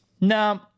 no